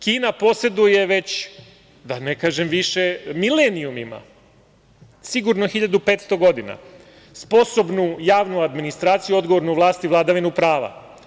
Kina poseduje već da ne kažem više milenijuma, sigurno 1500 godina, sposobnu javnu administraciju, odgovornu vlast i vladavinu prava.